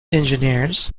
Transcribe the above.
engineers